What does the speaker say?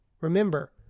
Remember